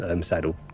saddle